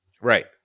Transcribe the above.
Right